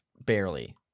Barely